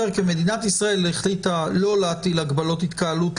מדינת ישראל החליטה לא להטיל הגבלות התקהלות,